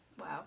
Wow